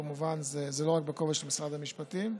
זה כמובן לא רק בכובע של משרד המשפטים,